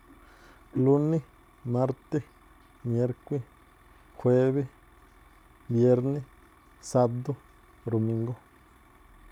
Lúní, mártí, miérkuí, juébí, biérní, sádú, rumíngú.